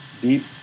deep